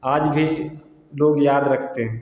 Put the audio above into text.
आज भी लोग याद रखते हैं